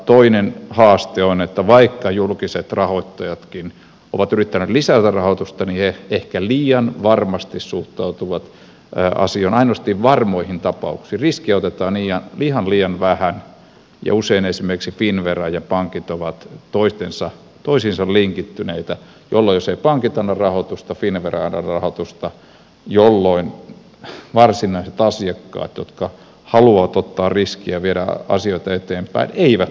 toinen haaste on että vaikka julkiset rahoittajatkin ovat yrittäneet lisätä rahoitusta ne ehkä liian varmasti suhtautuvat asiaan ainoastaan varmoihin tapauksiin riskejä otetaan ihan liian vähän ja usein esimerkiksi finnvera ja pankit ovat toisiinsa linkittyneitä jolloin jos eivät pankit anna rahoitusta ei finnvera anna rahoitusta jolloin varsinaiset asiakkaat jotka haluavat ottaa riskiä ja viedä asioida eteenpäin eivät saa sitä rahoitusta